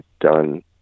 done